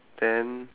then